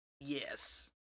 Yes